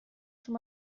schon